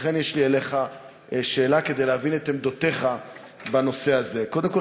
לכן יש לי אליך שאלה כדי להבין את עמדותיך בנושא הזה: קודם כול,